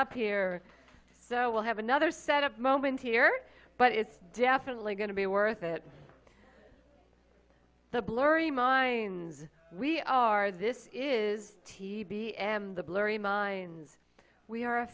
up here so we'll have another set up moment here but it's definitely going to be worth it the blurry minds we are this is t b m the blurry minds we are a